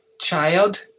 child